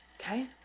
Okay